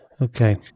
Okay